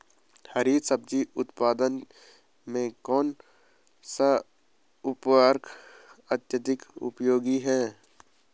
हरी सब्जी उत्पादन में कौन सा उर्वरक अत्यधिक उपयोगी है?